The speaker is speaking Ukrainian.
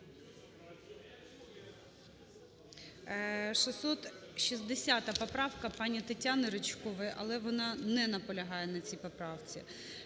660 поправка пані ТетяниРичкової. Але вона не наполягає на цій поправці.